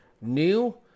New